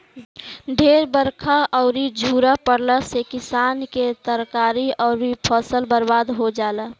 ढेर बरखा अउरी झुरा पड़ला से किसान के तरकारी अउरी फसल बर्बाद हो जाला